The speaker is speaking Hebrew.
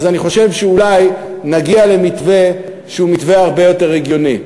אז אני חושב שאולי נגיע למתווה שהוא מתווה הרבה יותר הגיוני.